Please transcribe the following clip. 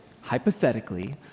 hypothetically